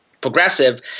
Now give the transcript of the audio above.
progressive